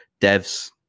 devs